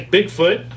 Bigfoot